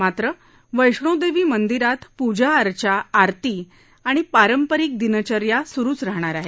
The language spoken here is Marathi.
मात्र वैष्णौदेवी मंदिरात पूजा अर्चा आरती आणि पारंपारिक दिनचर्या सुरुच राहणार आहेत